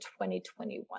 2021